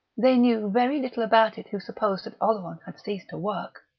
they knew very little about it who supposed that oleron had ceased to work!